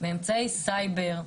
באמצעי סייבר,